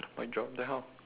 mic drop then how